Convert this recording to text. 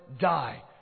die